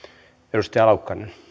arvoisa